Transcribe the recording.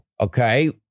Okay